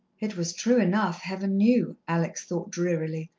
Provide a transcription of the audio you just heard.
it was true enough, heaven knew, alex thought drearily,